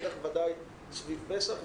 ודאי סביב פסח,